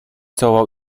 całował